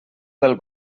del